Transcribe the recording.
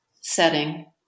setting